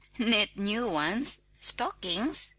knit new ones stockings!